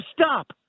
stop